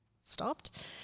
stopped